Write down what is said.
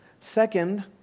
Second